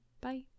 Bye